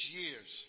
years